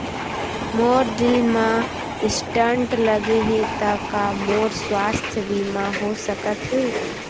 मोर दिल मा स्टन्ट लगे हे ता का मोर स्वास्थ बीमा हो सकत हे?